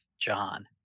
John